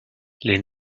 les